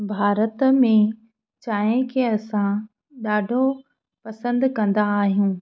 भारत में चांहि खे असां ॾाढो पसंदि कंदा आहियूं